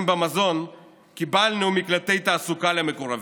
במזון קיבלנו מקלטי תעסוקה למקורבים.